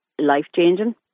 life-changing